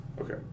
Okay